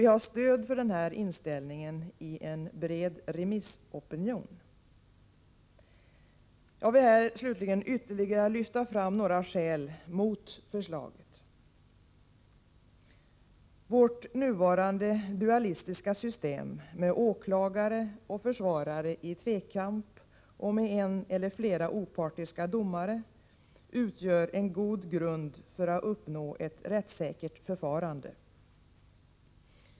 Vi har stöd för denna inställning i en bred remissopinion. Jag vill här slutligen lyfta fram ytterligare några skäl mot förslaget. Vårt nuvarande dualistiska system, med åklagare och försvarare i en tvekamp och med en eller flera opartiska domare, utgör en god grund för att uppnå ett rättssäkert förfarande.